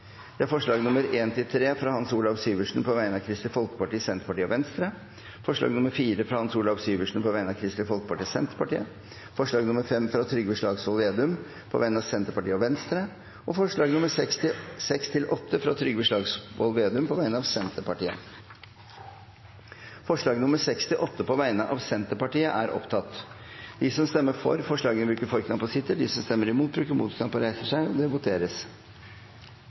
alt åtte forslag. Det er forslagene nr. 1–3, fra Hans Olav Syversen på vegne av Kristelig Folkeparti, Senterpartiet og Venstre forslag nr. 4, fra Hans Olav Syversen på vegne av Kristelig Folkeparti og Senterpartiet forslag nr. 5, fra Trygve Slagsvold Vedum på vegne av Senterpartiet og Venstre forslagene nr. 6–8, fra Trygve Slagsvold Vedum på vegne av Senterpartiet Det voteres